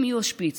הם יהיו השפיץ,